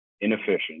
inefficient